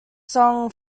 song